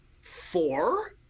four